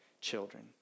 children